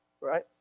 right